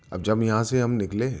اب جب یہاں سے ہم نکلے